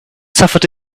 suffered